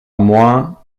moins